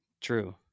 True